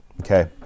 Okay